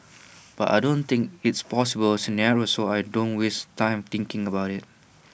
but I don't think it's A possible scenario so I don't waste time thinking about IT